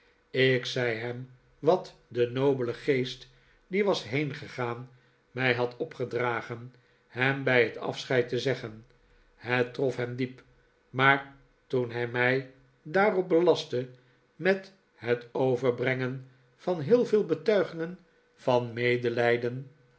ik zei hem wat de nobele geest die was heengegaan mij had opgedragen hem bij het afscheid te zeggen het trof hem diep maar toen hij mij daarop belastte met het overbrengen van heel veel betuigingen van medelijden